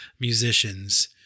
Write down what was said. musicians